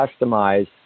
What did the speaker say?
customize